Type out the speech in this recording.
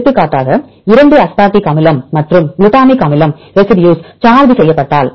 எடுத்துக்காட்டாக இரண்டு அஸ்பார்டிக் அமிலம் மற்றும் குளுட்டமிக் அமிலம் ரெசிடியூஸ் சார்ஜ் செய்யப்பட்டால்